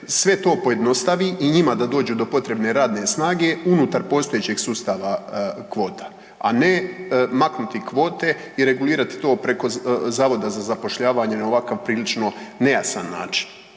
sve to pojednostavi i njima da dođu do potrebne radne snage unutar postojećeg sustava kvota, a ne maknuti kvote i regulirati to preko zavoda za zapošljavanje na ovakav prilično nejasan način.